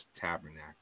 tabernacle